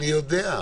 אני יודע.